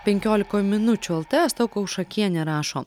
penkiolikoj minučių lt asta kaušakienė rašo